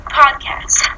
podcast